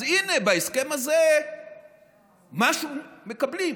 אז הינה, בהסכם הזה משהו מקבלים,